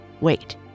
Wait